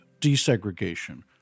desegregation